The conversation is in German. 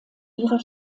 ihrer